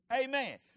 Amen